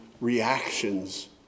reactions